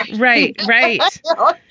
right. right. yeah.